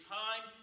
time